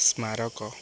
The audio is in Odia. ସ୍ମାରକ